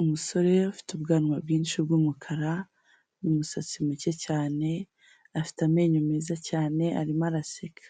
Umusore ufite ubwanwa bwinshi bw'umukara n'umusatsi muke cyane, afite amenyo meza cyane arimo araseka,